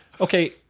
okay